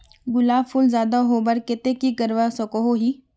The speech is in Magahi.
गुलाब फूल ज्यादा होबार केते की करवा सकोहो ही?